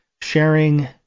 sharing